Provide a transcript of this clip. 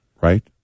right